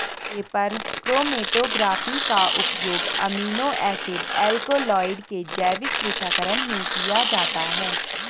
paper chromatography का उपयोग amino acid alkaloid के जैविक पृथक्करण में किया जाता है